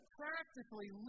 practically